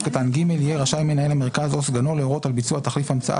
קטן (ג) יהיה רשאי מנהל המרכז או סגנו להורות על ביצוע תחליף המצאה